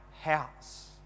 house